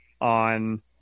on